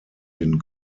den